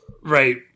Right